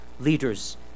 leaders